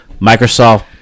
Microsoft